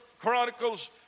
Chronicles